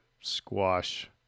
squash